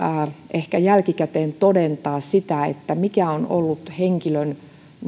ehkä vaikeaa jälkikäteen todentaa sitä mikä on ollut henkilön